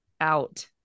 out